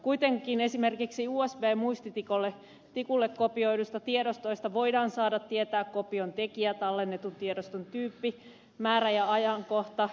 kuitenkin esimerkiksi usb muistitikulle kopioiduista tiedostoista voidaan saada tietää kopion tekijä tallennetun tiedoston tyyppi määrä ja ajankohta